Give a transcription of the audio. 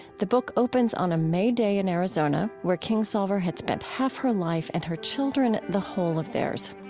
the book opens on a may day in arizona, where kingsolver had spent half her life, and her children, the whole of theirs.